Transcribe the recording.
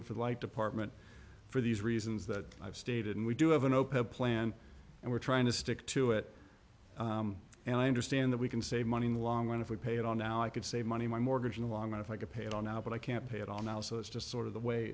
it for the light department for these reasons that i've stated and we do have an open plan and we're trying to stick to it and i understand that we can save money in the long run if we pay it all now i could save money my mortgage in the long run if i could pay it all now but i can't pay it all now so it's just sort of the way